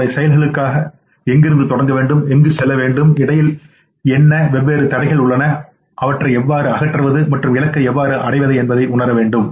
நம்முடைய செயல்களுக்காக எங்கிருந்து தொடங்க வேண்டும் எங்கு செல்ல வேண்டும் இடையில் என்ன வெவ்வேறு தடைகள் உள்ளன அவற்றை எவ்வாறு அகற்றுவது மற்றும் இலக்கை எவ்வாறு அடைவது என்பதை உணர வேண்டும்